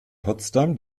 potsdam